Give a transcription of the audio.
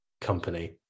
company